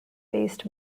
based